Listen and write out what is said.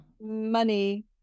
money